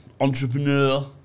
entrepreneur